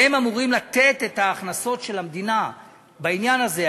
והם אמורים לתת את ההכנסות של המדינה בעניין הזה,